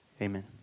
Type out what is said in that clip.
Amen